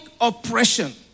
oppression